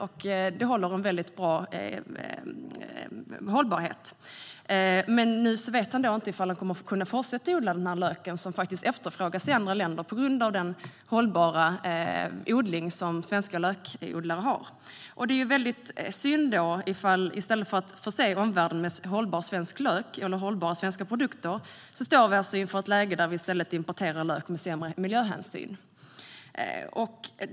Löken har också en bra hållbarhet. Men nu vet denna lökodlare inte om han kommer att kunna fortsätta odla den lök som faktiskt efterfrågas i andra länder på grund av den hållbara odling som svenska lökodlare har. Det är synd. I stället för att förse omvärlden med hållbar svensk lök och andra hållbara svenska produkter står vi inför ett läge då vi i stället får importera lök som har odlats med sämre miljöhänsyn.